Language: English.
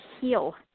heal